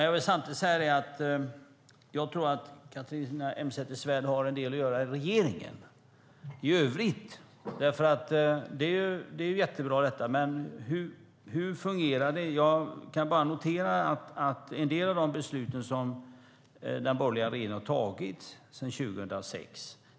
Jag vill samtidigt säga att jag tror att Catharina Elmsäter-Svärd har en del att göra i regeringen i övrigt. Det här är nämligen jättebra, men jag kan notera en del av de beslut den borgerliga regeringen har tagit sedan 2006.